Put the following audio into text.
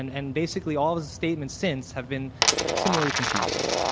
and and basically all the statements since have been similarly confused.